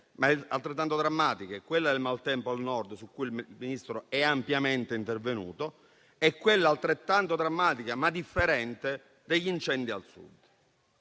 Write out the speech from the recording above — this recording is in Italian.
ma altrettanto drammatiche: quella del maltempo al Nord, su cui il Ministro è ampiamente intervenuto, e quella altrettanto drammatica ma differente degli incendi al Sud.